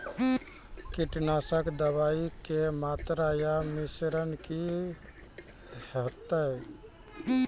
कीटनासक दवाई के मात्रा या मिश्रण की हेते?